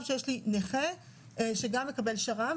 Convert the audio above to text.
שיש נכה שגם מקבל שר"מ,